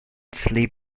sleep